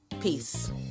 Peace